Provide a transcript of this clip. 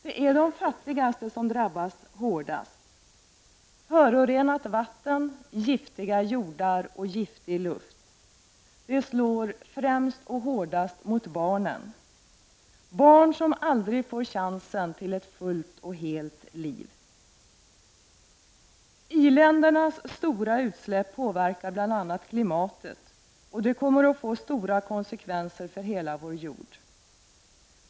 Det är de fattiga som drabbas hårdast. Förorenat vatten, giftiga jordar och giftig luft slår främst och hårdast mot barnen — de barn som aldrig får chansen till ett fullt och helt liv. I-ländernas stora utsläpp påverkar bl.a. klimatet. Det kommer att få svåra konsekvenser för hela vår jord.